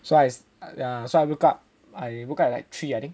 so I ya so I woke up at like three I think